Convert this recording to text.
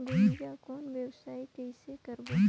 गुनजा कौन व्यवसाय कइसे करबो?